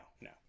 No